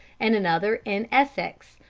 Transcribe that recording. and another in essex,